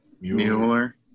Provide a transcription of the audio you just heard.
Mueller